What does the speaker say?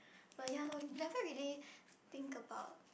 but ya lor never really think about